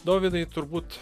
dovydai turbūt